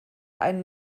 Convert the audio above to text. einen